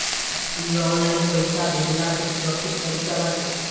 इ ऑनलाइन पईसा भेजला से सुरक्षित तरीका बाटे